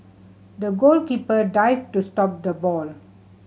the goalkeeper dived to stop the ball